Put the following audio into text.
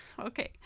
Okay